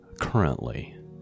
currently